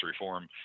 reform